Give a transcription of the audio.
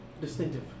distinctive